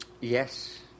Yes